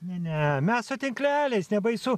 ne ne mes su tinkleliais nebaisu